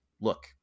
Look